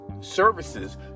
services